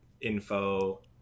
info